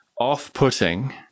off-putting